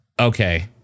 Okay